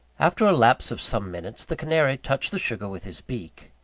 after a lapse of some minutes, the canary touched the sugar with his beak.